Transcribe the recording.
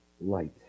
light